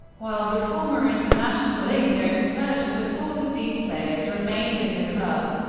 while the former international ingo hertzsch as a fourth of these players remained in the club.